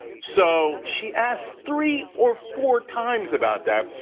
so she asked three or four times about that,